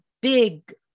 big